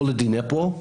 או לדניפרו,